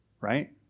Right